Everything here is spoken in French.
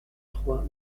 trois